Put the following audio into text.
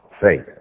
faith